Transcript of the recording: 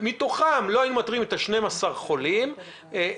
מתוכם לא היינו מאתרים 12 חולים קשים,